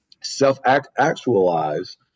self-actualize